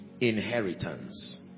inheritance